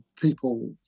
people